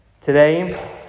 Today